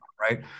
right